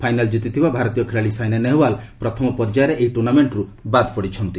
final କିତିଥିବା ଭାରତୀୟ ଖେଳାଳି ସାଇନା ନେହେୱାଲ୍ ପ୍ରଥମ ପର୍ଯ୍ୟାୟରେ ଏହି ଟୂର୍ଣ୍ଣାମେଣ୍ଟରୁ ବିଦାୟ ନେଇଥିଲେ